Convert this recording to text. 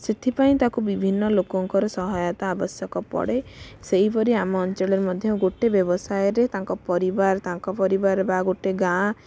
ସେଥିପାଇଁ ତାକୁ ବିଭିନ୍ନ ଲୋକଙ୍କର ସହାୟତା ଆବଶ୍ୟକ ପଡ଼େ ସେହିପରି ଆମ ଅଞ୍ଚଳରେ ମଧ୍ୟ ଗୋଟେ ବ୍ୟବସାୟରେ ତାଙ୍କ ପରିବାର ତାଙ୍କ ପରିବାର ବା ଗୋଟେ ଗାଁ